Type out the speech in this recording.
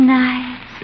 nice